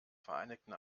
vereinigten